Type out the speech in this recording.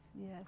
yes